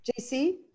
JC